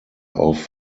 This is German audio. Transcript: auf